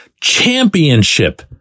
championship